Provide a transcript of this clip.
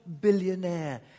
billionaire